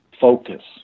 focus